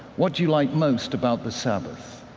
what do you like most about the sabbath?